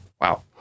Wow